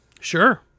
Sure